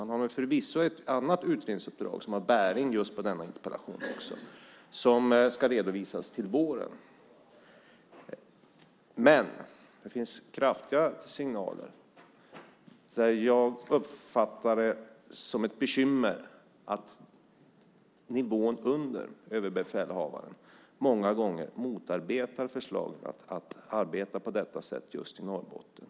Man har förvisso ett annat utredningsuppdrag, vilket också har bäring just på denna interpellation, som ska redovisas till våren. Men det finns kraftiga signaler, som jag uppfattar som ett bekymmer, om att nivån under överbefälhavaren många gånger motarbetar förslaget att arbeta på detta sätt i Norrbotten.